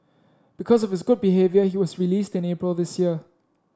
because of his good behaviour he was released in April this year